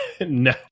No